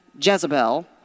Jezebel